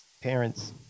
parents